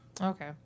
Okay